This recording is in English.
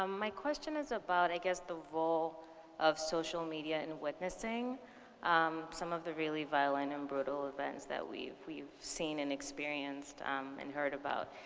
um my question is about, i guess, the role of social media and witnessing um some of the really violent and brutal events that we've we've seen and experienced and heard about.